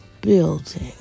building